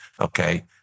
okay